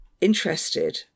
interested